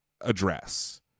address